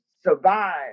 survive